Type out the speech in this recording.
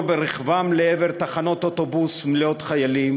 ברכבם לעבר תחנות אוטובוס מלאות חיילים,